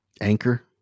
Anchor